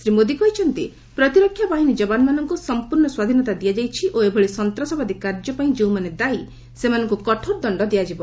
ଶ୍ରୀ ମୋଦି କହିଛନ୍ତି ପ୍ରତିରକ୍ଷା ବାହିନୀ ଯବାନମାନଙ୍କୁ ସଂପୂର୍ଣ୍ଣ ସ୍ୱାଧୀନତା ଦିଆଯାଇଛି ଓ ଏଭଳି ସନ୍ତ୍ରାସବାଦୀ କାର୍ଯ୍ୟ ପାଇଁ ଯେଉଁମାନେ ଦାୟୀ ସେମାନଙ୍କୁ କଠୋର ଦଣ୍ଡ ଦିଆଯିବ